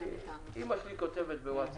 אימא שלי כותבת בווטסאפ,